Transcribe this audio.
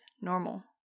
normal